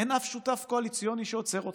אין אף שותף קואליציוני שעוצר אתכם,